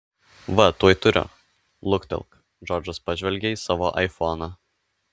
va tuoj turiu luktelk džordžas pažvelgė į savo aifoną